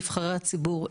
נבחרי הציבור,